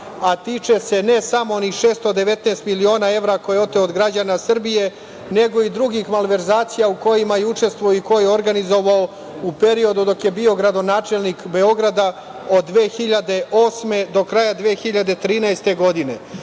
a tiče se ne samo onih 619 miliona evra koje je oteo od građana Srbije, nego i drugih malverzacija u kojima je učestvovao i koje je organizovao u periodu dok je bio gradonačelnik Beograda od 2008. do kraja 2013. godine.